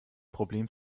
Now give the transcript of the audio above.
problem